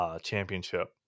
Championship